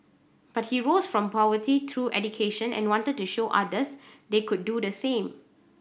but he rose from poverty through education and wanted to show others they could do the same